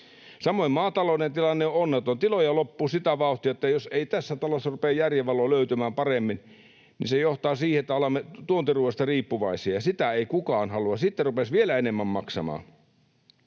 Samoin maatalouden tilanne on onneton. Tiloja loppuu sitä vauhtia, että jos ei tässä talossa rupea järjen valoa löytymään paremmin, niin se johtaa siihen, että olemme tuontiruuasta riippuvaisia. Sitä ei kukaan halua. Sitten rupeaisi vielä enemmän maksamaan.